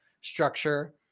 structure